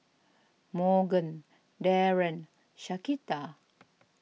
Morgan Darren and Shaquita